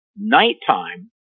nighttime